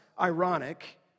ironic